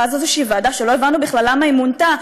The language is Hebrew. ואז איזושהי ועדה שלא הבנו בכלל למה היא מונתה,